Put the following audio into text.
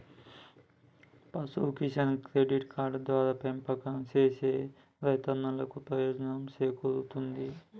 పశు Kisan Credit Card ద్వారా పెంపకం సేసే రైతన్నలకు ప్రయోజనం సేకూరుతుంది